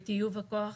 בטיוב הכוח,